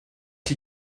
chi